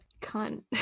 cunt